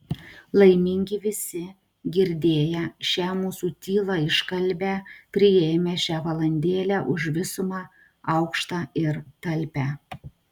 laimingi visi girdėję šią mūsų tylą iškalbią priėmę šią valandėlę už visumą aukštą ir talpią